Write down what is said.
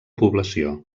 població